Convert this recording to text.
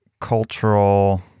cultural